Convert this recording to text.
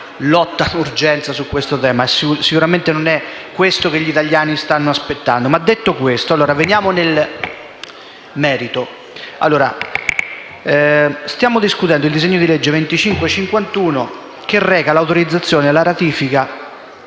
lotta di urgenza su questo tema. Non è questo sicuramente che gli italiani stanno aspettando. Detto questo, entriamo nel merito. Stiamo discutendo il disegno di legge n. 2551, che reca l'autorizzazione alla ratifica